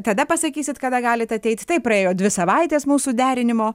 tada pasakysit kada galit ateit taip praėjo dvi savaitės mūsų derinimo